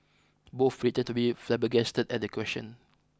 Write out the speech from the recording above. both pretend to be flabbergasted at the question